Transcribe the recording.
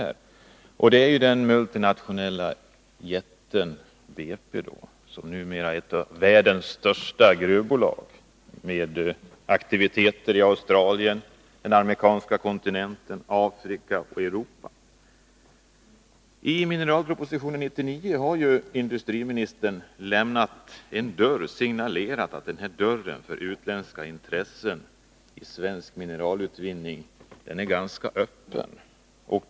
Det gäller alltså den multinationella jätten BP, som numera är ett av världens största gruvbolag med aktiviteter i Australien, på den amerikanska kontinenten, i Afrika och Europa. I mineralpropositionen 99 har ju industriministern signalerat att den här dörren till svensk mineralutvinning är ganska öppen för utländska intressen.